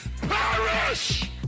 Perish